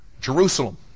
Jerusalem